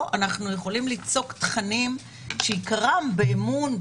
אנחנו יכולים ליצוק תכנים שעיקרם באמון,